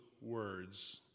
words